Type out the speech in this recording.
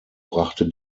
brachte